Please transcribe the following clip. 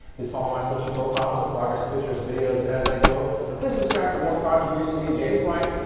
please follow my social profiles for progress pictures, videos as i go. and please subscribe for more product reviews from me, james white,